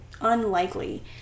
Unlikely